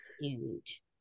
Huge